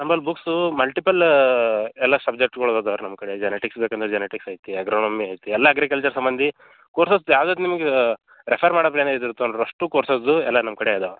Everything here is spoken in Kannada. ನಮಲ್ ಬುಕ್ಸು ಮಲ್ಟಿಪಲ್ ಎಲ್ಲ ಸಬ್ಜೆಕ್ಟ್ಸುಗಳು ಅದಾವೆ ರೀ ನಮ್ಮ ಕಡೆ ಜನಟಿಕ್ಸ್ ಬೇಕಂದ್ರೆ ಜನಟಿಕ್ಸ್ ಐತೆ ಎಗ್ರೋಮೆಮ್ಮೆ ಐತೆ ಎಲ್ಲ ಅಗ್ರಿಕಲ್ಚರ್ ಸಂಬಂಧಿ ಕೋರ್ಸಸ್ ಯಾವ್ದು ಯಾವ್ದು ನಿಮ್ಗೆ ರೇಫರ್ ಮಾಡದು ಫ್ಲ್ಯಾನೆ ಇದಿರ್ತಾವೆ ಅಲ್ಲ ರಿ ಅಷ್ಟು ಕೋರ್ಸಸ್ ಎಲ್ಲ ನಮ್ಮ ಕಡೆ ಅದಾವೆ